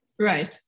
Right